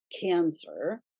cancer